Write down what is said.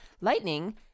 Lightning